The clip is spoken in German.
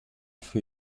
für